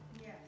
Yes